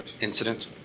incident